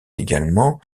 également